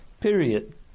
period